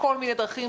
בכל מיני דרכים,